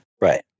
Right